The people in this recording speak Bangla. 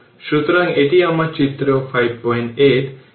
সুতরাং এটি আমার চিত্র 58